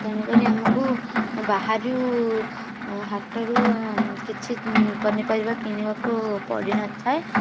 ତେଣୁ କରି ଆମୁକୁ ବାହାରୁ ହାଟରୁ କିଛି ପନିପରିବା କିଣିବାକୁ ପଡ଼ି ନ ଥାଏ